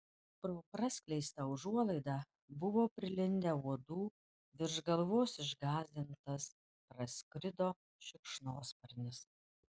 pro praskleistą užuolaidą buvo prilindę uodų virš galvos išgąsdintas praskrido šikšnosparnis